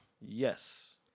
Yes